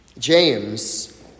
James